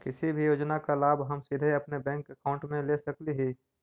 किसी भी योजना का लाभ हम सीधे अपने बैंक अकाउंट में ले सकली ही?